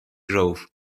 grove